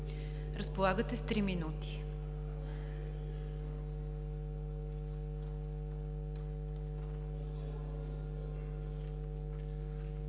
разполагате с три минути.